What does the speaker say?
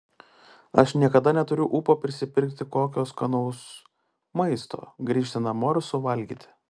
aš niekada neturiu ūpo prisipirkti kokio skanaus maisto grįžti namo ir suvalgyti